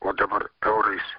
o dabar eurais